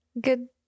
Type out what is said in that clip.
Good